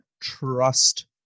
trust